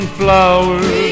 flowers